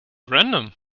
random